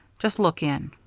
just look in.